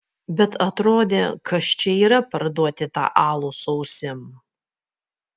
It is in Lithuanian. bet atrodė kas čia yra parduoti tą alų su ausim